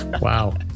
Wow